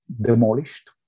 demolished